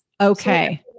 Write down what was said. Okay